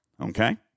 Okay